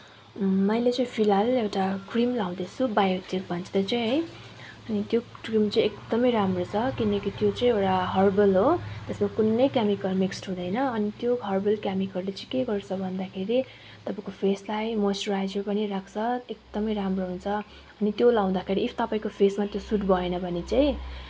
मैले चाहिँ फिलहाल एउटा क्रिम लाउँदैछु बायोटिक भन्छ त्यो चाहिँ है अनि त्यो क्रिम चाहिँ एकदमै राम्रो छ किनकि त्यो चाहिँ एउटा हर्बल हो त्यसमा कुनै केमिकेल मिक्सड हुँदैन अनि त्यो हर्बल केमिकेलले चाहिँ के गर्छ भन्दाखेरि तपाईँको फेसलाई मोस्चुराइज पनि राख्छ एकदमै राम्रो हुन्छ अनि त्यो लाउँदाखेरि इफ तपाईँको फेसमा त्यो सुट भएन भने चाहिँ